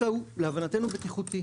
בטיחותי,